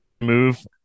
move